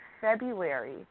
February